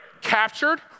captured